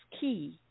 key